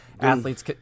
Athletes